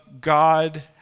God